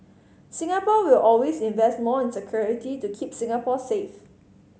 Singapore will always invest more in security to keep Singapore safe